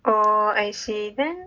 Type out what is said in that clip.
oh I see then